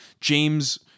James